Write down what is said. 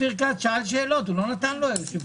אתה לא מאפשר לי לשאול על הנושאים